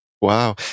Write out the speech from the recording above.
Wow